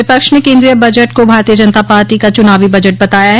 विपक्ष ने केन्द्रीय बजट को भारतीय जनता पार्टी का च्रनावी बजट बताया है